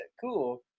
Cool